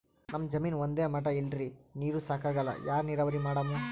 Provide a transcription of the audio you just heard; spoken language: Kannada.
ನಮ್ ಜಮೀನ ಒಂದೇ ಮಟಾ ಇಲ್ರಿ, ನೀರೂ ಸಾಕಾಗಲ್ಲ, ಯಾ ನೀರಾವರಿ ಮಾಡಮು?